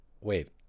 wait